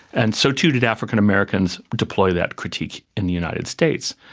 and so too did african americans deploy that critique in the united states.